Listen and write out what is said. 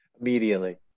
Immediately